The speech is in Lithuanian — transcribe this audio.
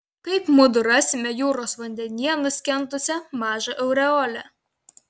kaip mudu rasime jūros vandenyje nuskendusią mažą aureolę